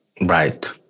Right